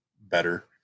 better